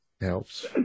Helps